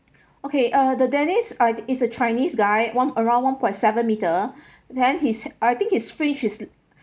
okay uh the dennis uh is a chinese guy one around one point seven meter then his I think his fringe is